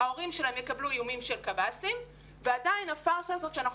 ההורים שלהם יקבלו איומים של קב"סים ועדיין הפרסה הזאת שאנחנו